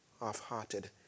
half-hearted